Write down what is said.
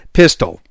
pistol